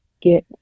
get